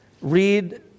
read